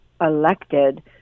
elected